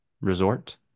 Resort